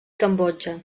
cambodja